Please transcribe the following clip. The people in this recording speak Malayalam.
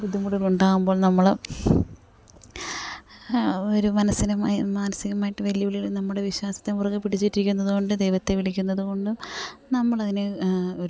ബുദ്ധിമുട്ടുകളുണ്ടാകുമ്പോൾ നമ്മൾ ഒരു മാനസികമായും മാനസികമായിട്ട് വെല്ലു വിളികൾ നമ്മുടെ വിശ്വാസത്തെ മുറുകെ പിടിച്ചിട്ടിരിക്കുന്നത് കൊണ്ട് ദൈവത്തെ വിളിക്കുന്നതു കൊണ്ടും നമ്മളതിനെ ഒരു